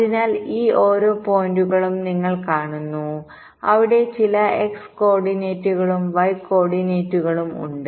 അതിനാൽ ഈ ഓരോ പോയിന്റുകളും നിങ്ങൾ കാണുന്നു അവിടെ ചില x കോർഡിനേറ്റുകളും വൈ കോർഡിനേറ്റുകളുംഉണ്ട്